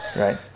right